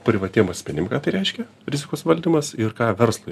privatiem asmenim ką tai reiškia rizikos valdymas ir ką verslui